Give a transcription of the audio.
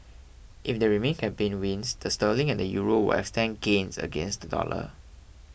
if the Remain campaign wins the sterling and the Euro will extend gains against the dollar